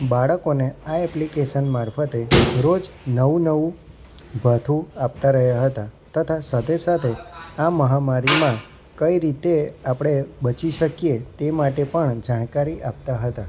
બાળકોને આ એપ્લિકેશન મારફતે રોજ નવું નવું ભાથું આપતા રહ્યા હતા તથા સાથે સાથે આ મહામારીમાં કઈ રીતે આપણે બચી શકીએ તે માટે પણ જાણકારી આપતા હતા